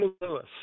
Lewis